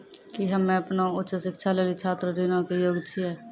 कि हम्मे अपनो उच्च शिक्षा लेली छात्र ऋणो के योग्य छियै?